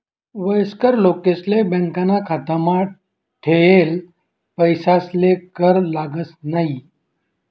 वयस्कर लोकेसले बॅकाना खातामा ठेयेल पैसासले कर लागस न्हयी